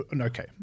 okay